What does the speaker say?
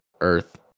Earth